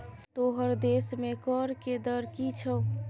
तोहर देशमे कर के दर की छौ?